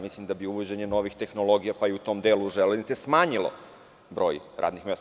Mislim da je uvođenje novih tehnologija, pa i u tome delu železnica, smanjilo broj radnih mesta.